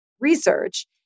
research